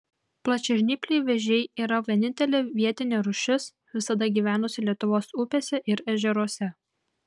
plačiažnypliai vėžiai yra vienintelė vietinė rūšis visada gyvenusi lietuvos upėse ir ežeruose